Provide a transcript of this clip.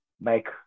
make